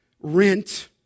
rent